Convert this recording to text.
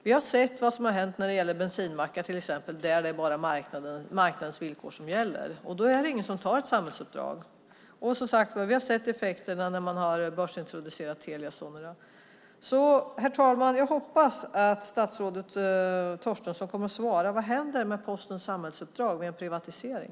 Vi har till exempel sett vad som har hänt med bensinmackar. Där är det bara marknadens villkor som gäller. Då blir det inget samhällsuppdrag. Vi har sett effekterna av en börsintroduktion av Telia Sonera. Herr talman! Jag hoppas att statsrådet Torstensson kommer att svara på vad som händer med Postens samhällsuppdrag vid en privatisering.